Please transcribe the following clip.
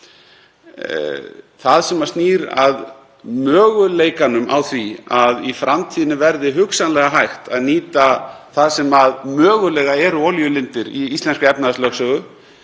Það sem snýr að möguleikanum á því að í framtíðinni verði hugsanlega hægt að nýta það sem mögulega eru olíulindir í íslenskri efnahagslögsögu